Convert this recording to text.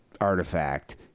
artifact